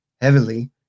heavily